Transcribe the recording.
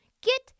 Get